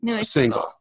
single